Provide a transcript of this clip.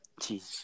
Jeez